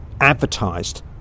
advertised